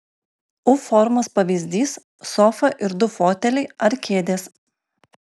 u formos pavyzdys sofa ir du foteliai ar kėdės